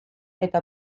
eta